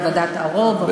בוועדת ערו"ב,